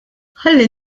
ħalli